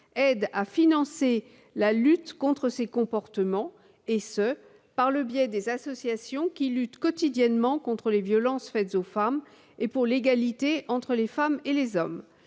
aide à financer la lutte contre ces comportements, et ce par l'intermédiaire des associations qui luttent quotidiennement contre les violences faites aux femmes et pour l'égalité entre les femmes et les hommes.